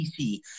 pc